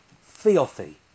filthy